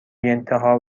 بیانتها